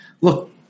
look